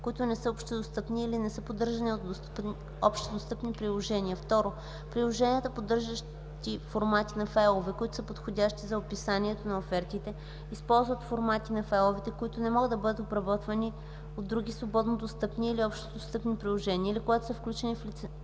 които не са общодостъпни или не са поддържани от общодостъпни приложения; 2. приложенията, поддържащи формати на файлове, които са подходящи за описанието на офертите, използват формати на файлове, които не могат да бъдат обработвани от други свободно достъпни или общодостъпни приложения или които са включени в лицензионна